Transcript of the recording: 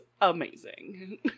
amazing